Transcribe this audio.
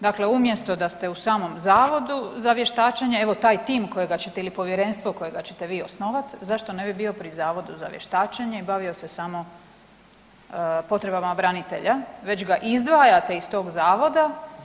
Dakle, umjesto da ste u samom Zavodu za vještačenje, evo taj tim kojega ćete ili povjerenstvo kojega ćete vi osnovati zašto ne bi bio pri Zavodu za vještačenje i bavio se samo potrebama branitelja već ga izdvajate iz tog zavoda.